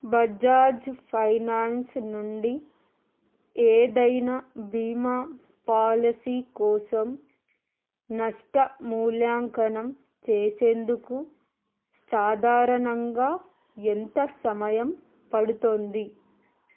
Bajaj finance నుండి ఏదైన భీమా పాలసీ కోసం నష్ట మూల్యాంకనం చేసేందుకు సాధారణంగా ఎంత సమయం పడుతుంది